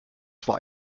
zwar